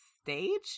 stage